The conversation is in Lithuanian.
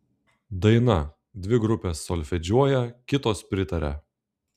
daina dvi grupės solfedžiuoja kitos pritaria